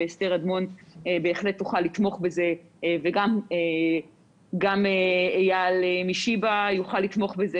ואסתר אדמון בהחלט תוכל לתמוך בזה וגם אייל משיבא יוכל לתמוך בזה,